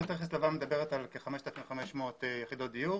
תכנית רכס לבן מדברת על כ-5,500 יחידות דיור